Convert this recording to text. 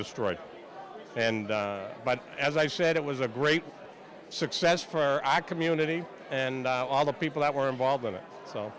destroyed and but as i said it was a great success for i community and all the people that were involved in it so